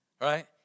Right